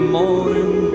morning